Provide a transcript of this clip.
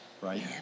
right